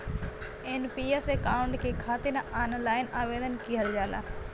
NPS account के खातिर online आवेदन किहल जाला